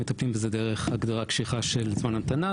אם מטפלים בזה דרך הגדרה קשיחה של זמן המתנה,